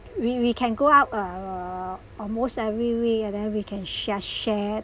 we we can go out uh almost everywhere and then we can just share